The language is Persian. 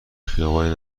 خیابانی